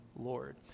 Lord